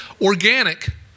Organic